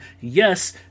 Yes